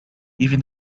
even